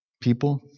people